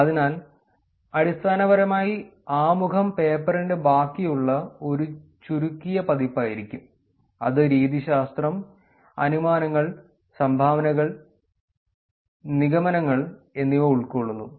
അതിനാൽ അടിസ്ഥാനപരമായി ആമുഖം പേപ്പറിന്റെ ബാക്കിയുള്ള ഒരു ചുരുക്കിയ പതിപ്പായിരിക്കും അത് രീതിശാസ്ത്രം അനുമാനങ്ങൾ സംഭാവനകൾ നിഗമനങ്ങൾ എന്നിവ ഉൾക്കൊള്ളുന്നു